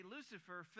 Lucifer